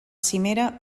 cimera